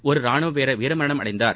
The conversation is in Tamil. ஒரு ரானுவ வீரர் வீரமரணம் அடைந்தார்